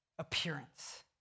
appearance